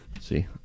See